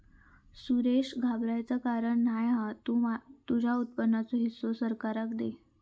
सुरेश घाबराचा कारण नाय हा तु तुझ्या उत्पन्नाचो हिस्सो सरकाराक दे